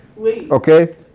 Okay